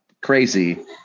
crazy